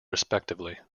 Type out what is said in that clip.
respectively